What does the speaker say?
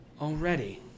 Already